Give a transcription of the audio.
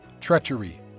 treachery